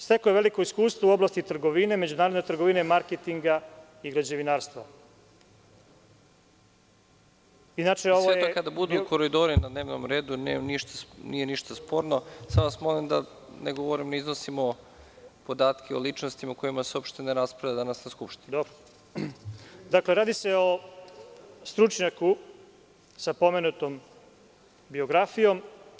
Stekao je veliko iskustvo u oblasti trgovine, međunarodne trgovine, marketinga i građevinarstva… (Predsednik: Sutra kada budu koridori na dnevnom redu, nije ništa sporno, samo vas molim da ne iznosimo podatke o ličnostima o kojima se uopšte ne raspravlja danas na Skupštini.) Dakle, radi se o stručnjaku sa pomenutom biografijom.